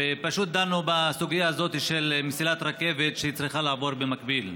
ופשוט דנו בסוגיה הזאת של מסילת רכבת שצריכה לעבור במקביל.